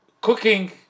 cooking